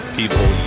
people